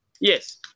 Yes